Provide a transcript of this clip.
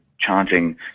charging